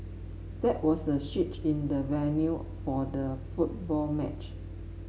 there was a switch in the venue for the football match